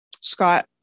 Scott